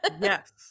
yes